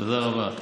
תודה רבה.